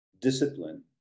discipline